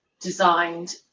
designed